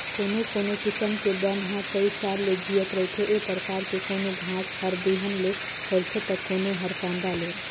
कोनो कोनो किसम के बन ह कइ साल ले जियत रहिथे, ए परकार के कोनो घास हर बिहन ले फइलथे त कोनो हर कांदा ले